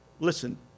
Listen